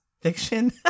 fiction